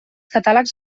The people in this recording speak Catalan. catàlegs